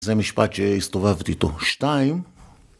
זה משפט שהסתובבת איתו. שתיים